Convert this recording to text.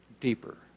deeper